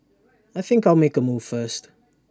I think I'll make A move first